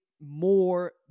more